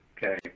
Okay